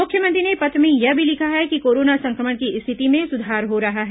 मुख्यमंत्री ने पत्र में यह भी लिखा है कि कोरोना संक्रमण की स्थिति में सुधार हो रहा है